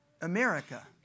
America